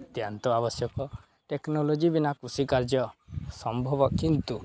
ଅତ୍ୟନ୍ତ ଆବଶ୍ୟକ ଟେକ୍ନୋଲୋଜି ବିନା କୃଷିିକାର୍ଯ୍ୟ ସମ୍ଭବ କିନ୍ତୁ